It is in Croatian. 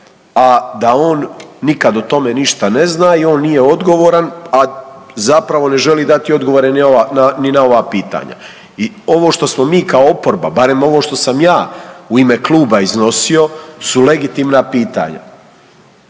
a da on nikada o tome ništa ne zna i on nije odgovoran a zapravo ne želi dati odgovore ni na ova pitanja. I ovo što smo mi kao oporba barem ovo što sam ja u ime Kluba iznosio su legitimna pitanja,